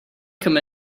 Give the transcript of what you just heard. come